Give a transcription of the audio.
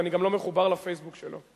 ואני גם לא מחובר ל"פייסבוק" שלו.